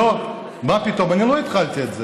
לא, מה פתאום, אני לא התחלתי את זה.